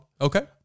Okay